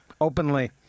openly